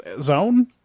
zone